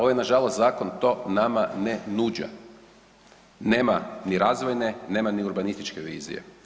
Ovaj nažalost zakon to nama ne nuđa, nema ni razvojne, nema ni urbanističke vizije.